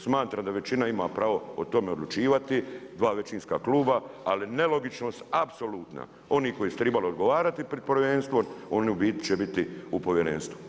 Smatram da većina ima pravo o tome odlučivati, dva većinska kluba ali nelogičnost apsolutna onih koji su trebali odgovarati pred povjerenstvom, oni u biti će biti u povjerenstvu.